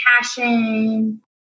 passion